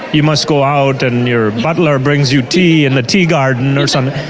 you must go out and your butler brings you tea in the tea garden or something.